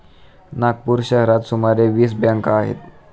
नागपूर शहरात सुमारे वीस बँका आहेत